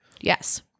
Yes